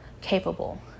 capable